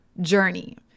journey